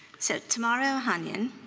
so tamera ohanyan,